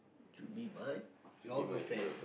should be mine your girlfriend